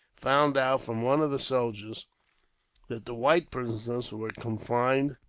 found out from one of the soldiers that the white prisoners were confined